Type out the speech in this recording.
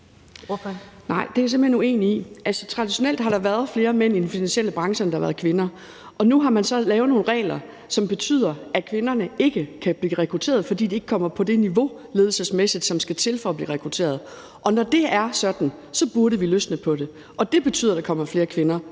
er jeg simpelt hen uenig i. Altså, traditionelt har der været flere mænd i den finansielle branche, end der har været kvinder. Nu har man så lavet nogle regler, som betyder, at kvinderne ikke kan blive rekrutteret, fordi de ikke kommer på det niveau ledelsesmæssigt, som skal til for at blive rekrutteret. Når det er sådan, burde vi løsne på det, og det betyder, at der kommer flere kvinder